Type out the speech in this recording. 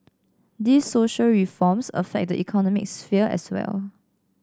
these social reforms affect the economic sphere as well